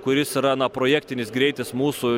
kuris yra na projektinis greitis mūsų